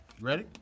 ready